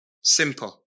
Simple